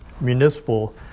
municipal